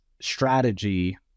strategy